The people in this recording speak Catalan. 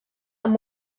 amb